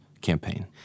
campaign